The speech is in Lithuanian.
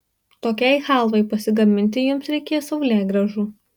tokiai chalvai pasigaminti jums reikės saulėgrąžų